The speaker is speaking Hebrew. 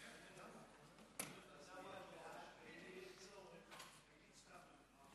ערב טוב לכל חברי